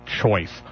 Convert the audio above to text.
choice